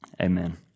Amen